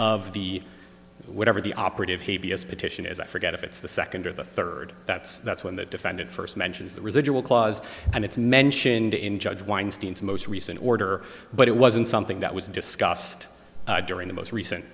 of the whatever the operative habeas petition is i forget if it's the second or the third that's that's when the defendant first mentions the residual clause and it's mentioned in judge weinstein's most recent order but it wasn't something that was discussed during the most recent